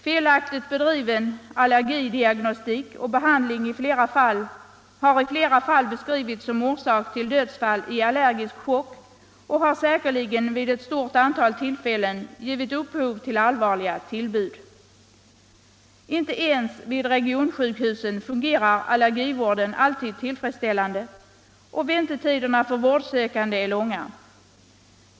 Felaktigt bedriven allergidiagnostik och behandling har i flera fall beskrivits som orsak till dödsfall i allergisk chock och har säkerligen vid ett stort antal tillfällen givit upphov till allvarliga tillbud. Inte ens vid regionsjukhusen fungerar allergivården alltid tillfredsställande och väntetiderna för vårdsökande är långa.